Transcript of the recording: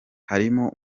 harimwo